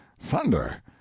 thunder